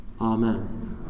Amen